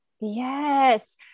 Yes